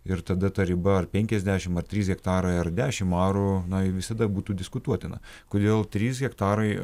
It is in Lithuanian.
ir tada ta riba ar penkiasdešimt ar trys hektarai ar dešimt arų na ji visada būtų diskutuotina kodėl trys hektarai